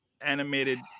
animated